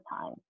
time